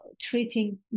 treating